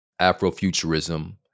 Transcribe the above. Afrofuturism